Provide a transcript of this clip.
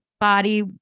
body